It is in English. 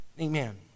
amen